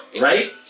right